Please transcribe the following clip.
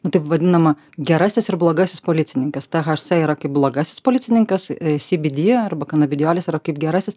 nu taip vadinama gerasis ir blogasis policininkas thc yra kaip blogasis policininkas cbd arba kanabidiolis yra kaip gerasis